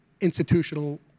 institutional